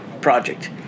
project